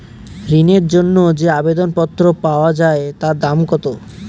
ঋণের জন্য যে আবেদন পত্র পাওয়া য়ায় তার দাম কত?